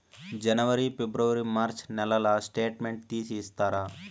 జనవరి, ఫిబ్రవరి, మార్చ్ నెలల స్టేట్మెంట్ తీసి ఇస్తారా?